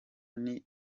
nti